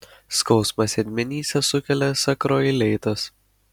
skausmą sėdmenyse sukelia sakroileitas